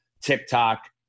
TikTok